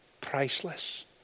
priceless